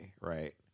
right